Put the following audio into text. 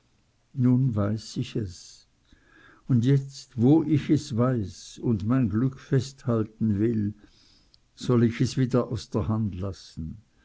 nun weiß ich es und jetzt wo ich es weiß und mein glück festhalten will soll ich es wieder aus der hand lassen